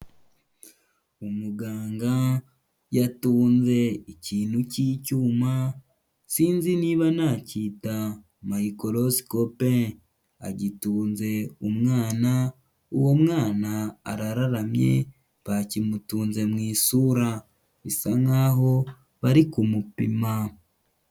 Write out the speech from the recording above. Umuganga yatunze ikintu cy'icyuma, sinzi niba nacyita mayikorosikope. Agitunze umwana, uwo mwana arararamye bakimutunze mu isura. Bisa nk'aho bari kumupima.